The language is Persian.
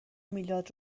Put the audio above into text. میلاد